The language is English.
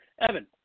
Evan